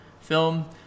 film